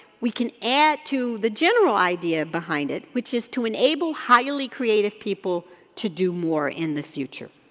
we can add to the general idea behind it, which is to enable highly creative people to do more in the future.